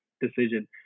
decision